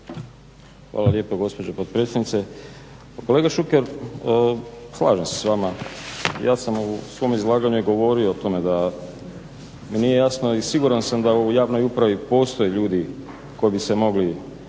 Hvala lijepo gospođo potpredsjednice. Kolega Šuker, slažem se s vama. Ja sam u svom izlaganju govorio o tome da mi nije jasno i siguran sam da u javnoj upravi postoje ljudi koji bi se mogli